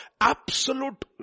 absolute